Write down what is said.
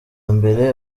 mbere